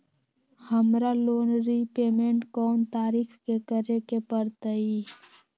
हमरा loan repayment कोन तारीख के करे के परतई?